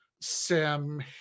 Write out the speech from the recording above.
Sam